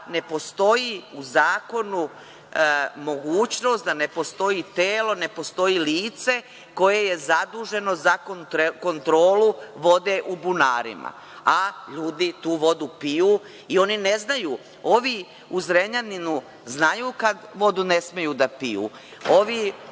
ne postoji u zakonu mogućnost, da ne postoji telo, ne postoji lice koje zaduženo za kontrolu vode u bunarima, a ljudi tu vodu piju i oni ne znaju. Ovi u Zrenjaninu znaju kada vodu ne smeju da piju. Ovi